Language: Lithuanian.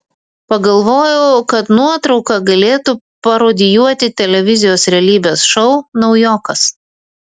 pagalvojau kad nuotrauka galėtų parodijuoti televizijos realybės šou naujokas